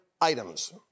items